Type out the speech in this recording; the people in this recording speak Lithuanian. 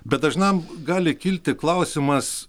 bet dažnam gali kilti klausimas